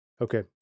Okay